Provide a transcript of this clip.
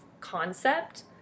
concept